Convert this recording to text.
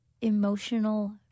emotional